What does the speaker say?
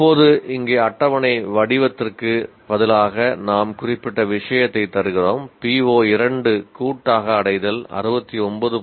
இப்போது இங்கே அட்டவணை வடிவத்திற்கு பதிலாக நாம் குறிப்பிட்ட விஷயத்தை தருகிறோம் PO2 கூட்டாக அடைதல் 69